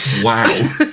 Wow